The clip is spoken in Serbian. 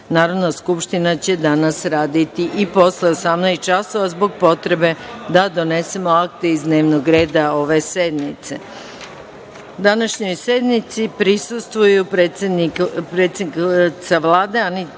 Narodna skupština će danas raditi i posle 18.00 časova, zbog potrebe da donesemo akte iz dnevnog reda ove sednice. Današnjoj sednici prisustvuju predsednica Vlade Ana Brnabić